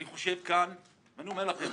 אני חושב כאן ואני אומר לך: